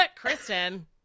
Kristen